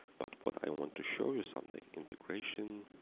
but what i want to show you something integration,